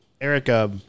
Eric